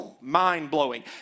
mind-blowing